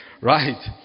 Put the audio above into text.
Right